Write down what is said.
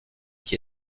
qui